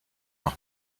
noch